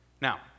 Now